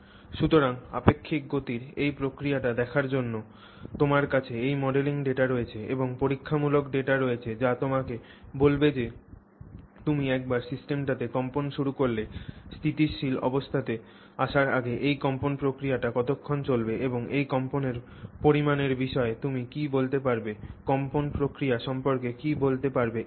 সুতরাং আপেক্ষিক গতির এই প্রক্রিয়াটি দেখার জন্য তোমার কাছে এই মডেলিং ডেটা রয়েছে এবং পরীক্ষামূলক ডেটা রয়েছে যা তোমাকে বলবে যে তুমি একবার সিস্টেমটিতে কম্পন শুরু করলে স্থিতিশীল অবস্থাতে আসার আগে এই কম্পন প্রক্রিয়াটি কতক্ষণ চলবে এবং এই কম্পনের পরিমাণের বিষয়ে তুমি কী বলতে পারবে কম্পন প্রক্রিয়া সম্পর্কে কী বলতে পারবে ইত্যাদি